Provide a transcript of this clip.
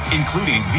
including